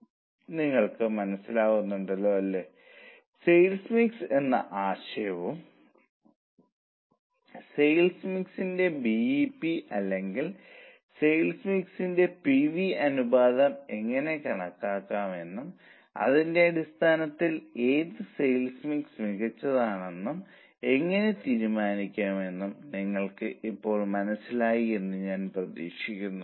അതിനാൽ ഇത് അൽപ്പം അപകടസാധ്യതയുള്ള ഒരു പ്രൊപ്പോസൽ ആണ് അവർക്ക് അവരുടെ ലാഭക്ഷമത മെച്ചപ്പെടുത്താൻ കഴിയുമെന്ന് ഉറപ്പാക്കാൻ കുറച്ച് കൂടുതൽ റിസ്ക് എടുക്കേണ്ടിവരും നിങ്ങൾക്ക് അത് ലഭിക്കുമെന്ന് ഞാൻ പ്രതീക്ഷിക്കുന്നു